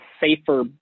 safer